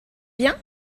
bien